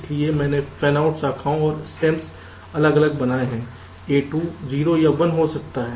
इसलिए मैंने फैनआउट शाखाएं और स्टेमस अलग बनाया है A2 0 या 1 हो सकता है